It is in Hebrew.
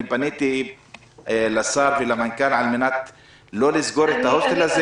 פניתי לשר ולמנכ"ל על מנת לא לסגור את ההוסטל הזה.